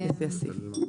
לפי הסעיף.